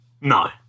No